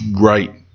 right